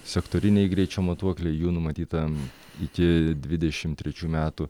sektoriniai greičio matuokliai jų numatyta iki dvidešimt trečių metų